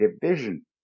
vision